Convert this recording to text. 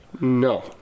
No